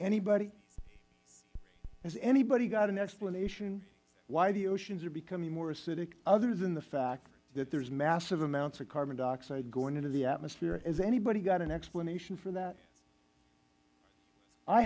anybody has anybody got an explanation why the oceans are becoming more acidic other than the fact that there is massive amounts of carbon dioxide going into the atmosphere has anybody got an explanation for that i